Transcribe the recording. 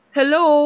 Hello